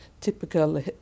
typical